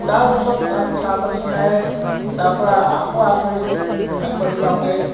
তাৰপাছত তাত চাহ পানী খাই তাৰপৰা আকৌ আগবাঢ়ি গলোঁ আগবাঢ়ি যাওঁতে